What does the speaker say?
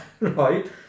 right